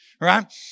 Right